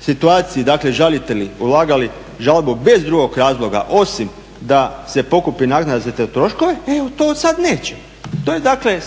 situaciji dakle žalitelji ulagali žalbu bez drugog razloga osim da se pokupi naknada za te troškove, evo to sada nećemo. To je dakle